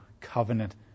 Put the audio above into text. covenant